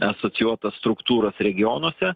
asocijuotas struktūras regionuose